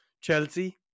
Chelsea